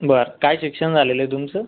बरं काय शिक्षण झालेलं आहे तुमचंं